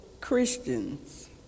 Christians